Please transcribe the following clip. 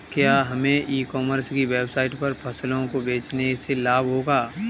क्या हमें e commerce की वेबसाइट पर फसलों को बेचने से लाभ होगा?